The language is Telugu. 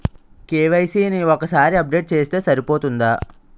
కే.వై.సీ ని ఒక్కసారి అప్డేట్ చేస్తే సరిపోతుందా?